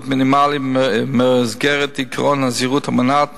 מינימלי ובמסגרת עקרון הזהירות המונעת,